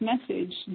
message